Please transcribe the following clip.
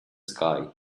sky